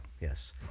Yes